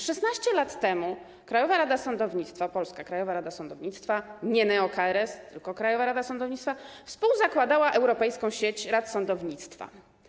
16 lat temu Krajowa Rada Sądownictwa, polska Krajowa Rada Sądownictwa, nie neo-KRS, tylko Krajowa Rada Sądownictwa, współzakładała Europejską Sieć Rad Sądownictwa.